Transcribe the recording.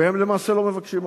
והם למעשה לא מבקשים הרבה.